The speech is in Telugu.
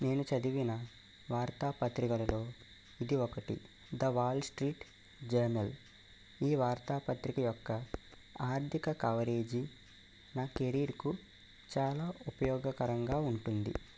నేను చదివిన వార్తా పత్రికలలో ఇది ఒకటి ద వాల్ స్ట్రీట్ జర్నల్ ఈ వార్తా పత్రిక యొక్క ఆర్థిక కవరేజీ నా కెరీర్కు చాలా ఉపయోగకరంగా ఉంటుంది